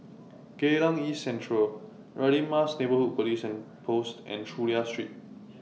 Geylang East Central Radin Mas Neighbourhood Police Post and Chulia Street